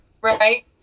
right